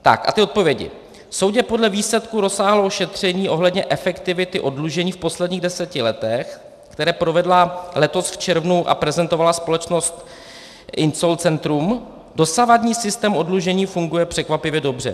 A ty odpovědi: Soudě podle výsledků rozsáhlého šetření ohledně efektivity oddlužení v posledních deseti letech, které provedla letos v červnu a prezentovala společnost InsolCentrum, dosavadní systém oddlužení funguje překvapivě dobře.